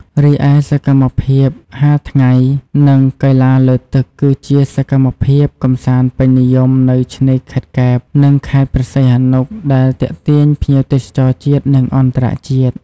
រីឯសកម្មភាពហាលថ្ងៃ និង កីឡាលើទឹក គឺជាសកម្មភាពកម្សាន្តពេញនិយមនៅឆ្នេរខេត្តកែប និងខេត្តព្រះសីហនុ ដែលទាក់ទាញភ្ញៀវទេសចរជាតិ និងអន្តរជាតិ។